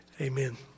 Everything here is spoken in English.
amen